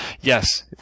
Yes